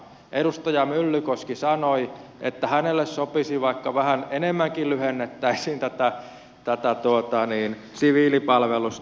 edustaja myllykoski sanoi että hänelle sopisi vaikka vähän enemmänkin lyhennettäisiin tätä siviilipalvelusta